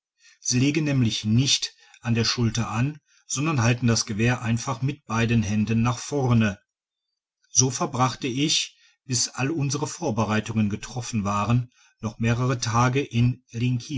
nämlich nicht an der schulter an sondern halten das gewehr einfach mit beiden händen nach vorne so verbrachte ich bis alle unsere vorbereitungen getroffen waren noch mehrere tage in